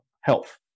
health